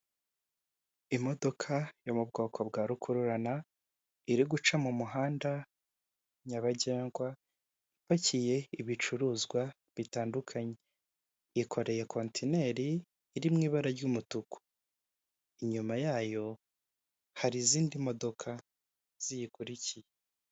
Imodoka yo mu bwoko bwa rukururana iri guca mu muhanda nyabagendwa ipakiye ibicuruzwa bitandukanye, yikoreye kontineri iri mu ibara ry'umutuku, inyuma yayo hari izindi modoka ziyikurikiye.